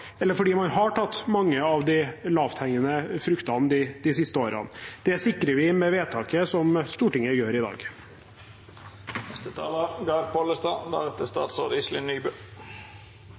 tatt mange av de lavthengende fruktene de siste årene. Det sikrer vi med vedtaket som Stortinget gjør i